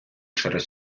через